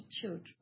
children